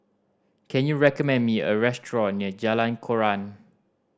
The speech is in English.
can you recommend me a restaurant near Jalan Koran